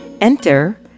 Enter